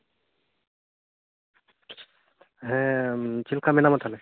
ᱦᱮᱸ ᱪᱮᱫᱞᱮᱠᱟ ᱢᱮᱱᱟᱢᱟ ᱛᱟᱦᱞᱮ